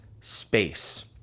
space